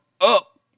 up